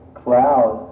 cloud